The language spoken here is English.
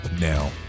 now